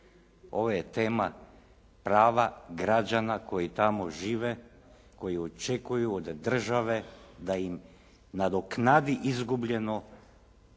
Ovo je tema prava građana koji tamo žive, koji očekuju od države da im nadoknadi izgubljeno